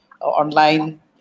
online